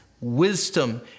wisdom